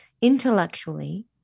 Intellectually